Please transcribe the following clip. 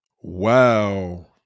Wow